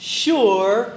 sure